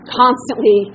constantly